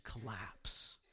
collapse